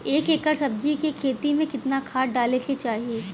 एक एकड़ सब्जी के खेती में कितना खाद डाले के चाही?